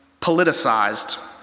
politicized